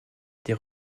des